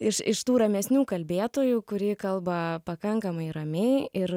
iš iš tų ramesnių kalbėtojų kuri kalba pakankamai ramiai ir